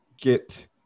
get